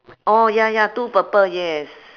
oh ya ya two purple yes